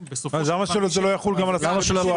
למה שלא יחול על כולם?